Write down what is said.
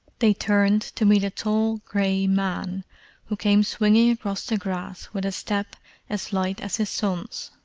they turned to meet a tall grey man who came swinging across the grass with a step as light as his son's.